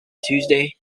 tuesday